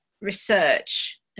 research